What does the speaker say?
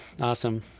Awesome